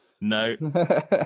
No